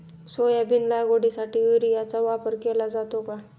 Soybean लागवडीसाठी युरियाचा वापर केला जातो का?